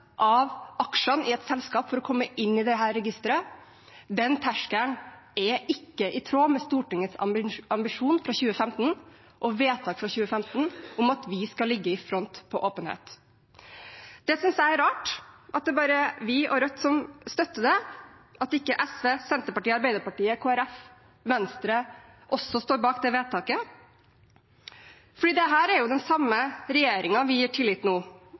av aksjene i et selskap for å komme inn i dette registeret – ikke er i tråd med Stortingets ambisjon fra 2015 og vedtak fra 2015 om at vi skal ligge i front når det gjelder åpenhet. Det synes jeg er rart – at det bare er vi og Rødt som støtter det, og at ikke SV, Senterpartiet, Arbeiderpartiet, Kristelig Folkeparti og Venstre også står bak det vedtaket. For det er den samme regjeringen vi gir tillit nå,